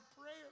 prayer